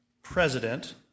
president